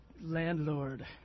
landlord